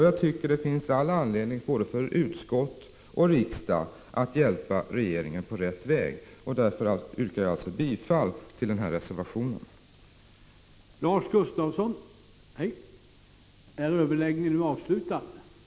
Jag tycker det finns all anledning både för utskott och för riksdag att hjälpa regeringen på rätt väg. Därför yrkar jag bifall till reservationen på den här punkten.